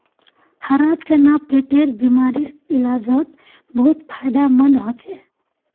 हरा चना पेटेर बिमारीर इलाजोत बहुत फायदामंद होचे